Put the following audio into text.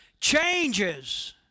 changes